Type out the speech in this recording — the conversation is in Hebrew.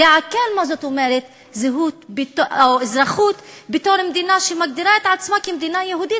לעכל מה זאת אומרת אזרחות בתור מדינה שמגדירה את עצמה יהודית,